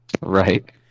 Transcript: Right